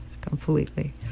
completely